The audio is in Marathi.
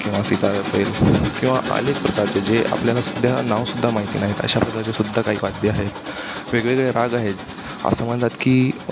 किंवा सितार असेल किंवा अनेक प्रकारचे जे आपल्याला सुद्धा नाव सुद्धा माहिती नाहीत अशा प्रकारचे सुद्धा काही वाद्य आहेत वेगवेगळे राग आहेत असं म्हणतात की